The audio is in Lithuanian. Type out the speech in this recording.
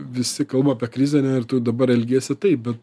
visi kalba apie krizę ane ir tu dabar elgiesi taip bet